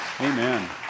Amen